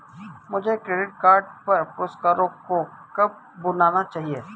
मुझे credit card पर पुरस्कारों को कब भुनाना चाहिए?